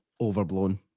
Overblown